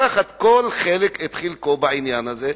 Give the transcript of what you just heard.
לקחת כל חלק את חלקו בעניין הזה,